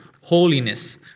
holiness